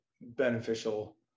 beneficial